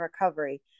recovery